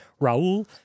Raul